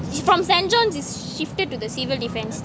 she from st john's she shifted to the civil defense